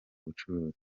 ubucuruzi